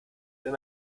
wenn